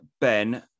Ben